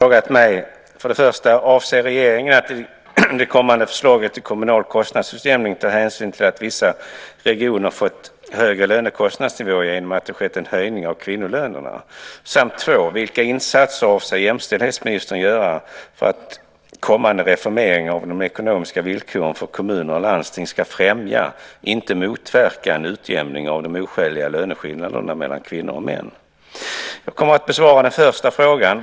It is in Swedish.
Fru talman! Karin Pilsäter har frågat mig 1. om regeringen avser att i det kommande förslaget till kommunal kostnadsutjämning ta hänsyn till att vissa regioner fått en högre lönekostnadsnivå genom att det skett en höjning av kvinnolönerna samt 2. vilka insatser jämställdhetsministern avser att göra för att kommande reformering av de ekonomiska villkoren för kommuner och landsting ska främja, inte motverka, en utjämning av de oskäliga löneskillnaderna mellan kvinnor och män. Jag kommer att besvara den första frågan.